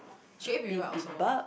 she eat bibimbap also